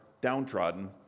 downtrodden